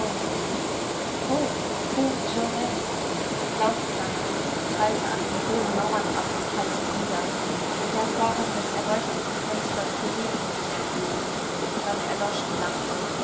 hoch hoch jaurs laut klang es und prallte an den hohen mauern ab und hallte wieder der vorhang des erleuchteten fensters bewegte sich ein wenig dann erlosch die lampe